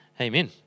Amen